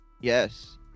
Yes